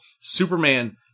Superman